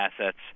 assets